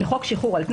בחוק שחרור על תנאי,